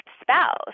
spouse